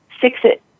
fix-it